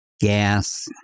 gas